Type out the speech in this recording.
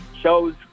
Shows